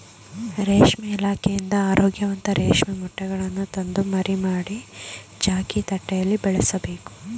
ರೇಷ್ಮೆ ಇಲಾಖೆಯಿಂದ ಆರೋಗ್ಯವಂತ ರೇಷ್ಮೆ ಮೊಟ್ಟೆಗಳನ್ನು ತಂದು ಮರಿ ಮಾಡಿ, ಚಾಕಿ ತಟ್ಟೆಯಲ್ಲಿ ಬೆಳೆಸಬೇಕು